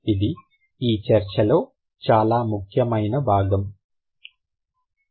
ఇది ఈ చర్చలో చాలా ముఖ్యమైన భాగం